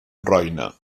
roine